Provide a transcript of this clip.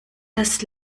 das